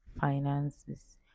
finances